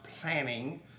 planning